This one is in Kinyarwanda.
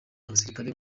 abasirikare